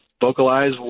vocalize